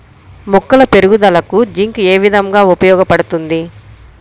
మొక్కల పెరుగుదలకు జింక్ ఏ విధముగా ఉపయోగపడుతుంది?